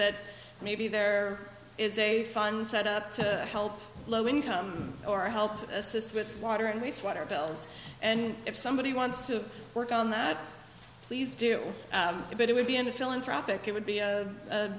that maybe there is a fund set up to help low income or help assist with water and waste water bills and if somebody wants to work on that please do it but it would be in a philanthropic it would be a